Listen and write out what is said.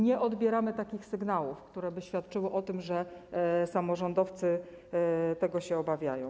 Nie odbieramy sygnałów, które by świadczyły o tym, że samorządowcy tego się obawiają.